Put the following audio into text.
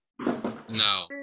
No